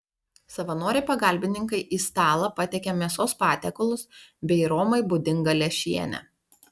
savanoriai pagalbininkai į stalą patiekia mėsos patiekalus bei romai būdingą lęšienę